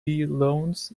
loans